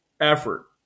effort